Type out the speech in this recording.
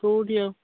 କେଉଁଠି ଆଉ